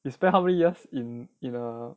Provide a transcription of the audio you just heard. we spend how many years in in uh